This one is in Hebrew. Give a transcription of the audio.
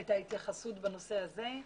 את ההתייחסות בנושא הזה.